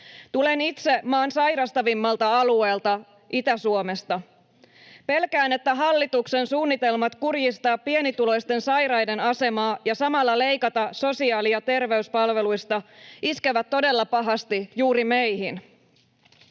Tulen itse maan sairastavimmalta alueelta, Itä-Suomesta. Pelkään, että hallituksen suunnitelmat kurjistaa pienituloisten sairaiden asemaa ja samalla leikata sosiaali- ja terveyspalveluista iskevät todella pahasti juuri meihin.